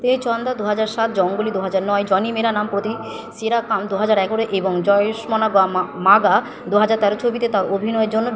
তে চন্দা দু হাজার সাত জঙ্গলি দু হাজার নয় জনি মেরা নাম বোধি সিরা কাম দু হাজার এগারো এবং জয়ষ্মানা মাগা দু হাজার তেরোর ছবিতে তাঁর অভিনয়ের জন্য